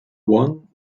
one